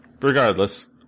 regardless